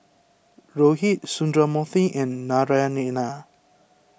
Rohit Sundramoorthy and Naraina